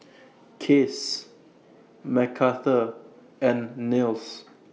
Case Mcarthur and Nils